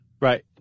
Right